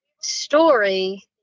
story